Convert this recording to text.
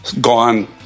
gone